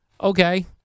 Okay